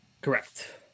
Correct